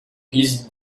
his